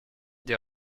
des